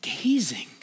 gazing